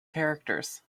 characters